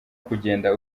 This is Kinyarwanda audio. kugenda